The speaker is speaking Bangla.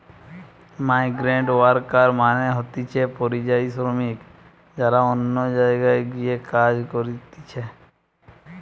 মাইগ্রান্টওয়ার্কার মানে হতিছে পরিযায়ী শ্রমিক যারা অন্য জায়গায় গিয়ে কাজ করতিছে